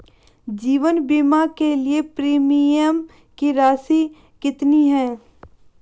जीवन बीमा के लिए प्रीमियम की राशि कितनी है?